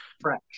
fresh